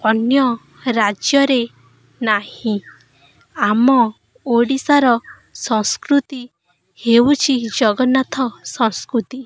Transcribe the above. ଅନ୍ୟ ରାଜ୍ୟରେ ନାହିଁ ଆମ ଓଡ଼ିଶାର ସଂସ୍କୃତି ହେଉଛି ଜଗନ୍ନାଥ ସଂସ୍କୃତି